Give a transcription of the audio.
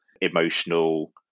emotional